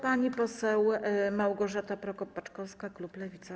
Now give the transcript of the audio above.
Pani poseł Małgorzata Prokop-Paczkowska, klub Lewicy.